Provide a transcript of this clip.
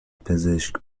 پزشک